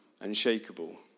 unshakable